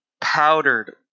powdered